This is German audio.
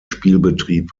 spielbetrieb